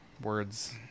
words